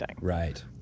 Right